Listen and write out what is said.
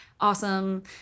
Awesome